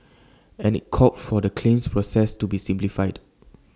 and IT called for the claims process to be simplified